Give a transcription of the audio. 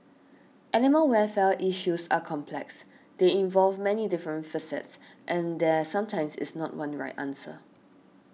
animal welfare issues are complex they involve many different facets and there sometimes is not one right answer